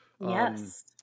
Yes